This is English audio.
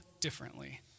differently